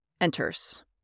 enters